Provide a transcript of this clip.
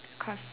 cause